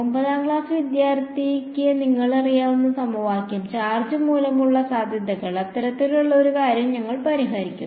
9 ാം ക്ലാസ് വിദ്യാർത്ഥിക്ക് നിങ്ങൾക്കറിയാവുന്ന സമവാക്യം ചാർജ്ജ് മൂലമുള്ള സാധ്യതകൾ അത്തരത്തിലുള്ള ഒരു കാര്യം ഞങ്ങൾ പരിഹരിക്കും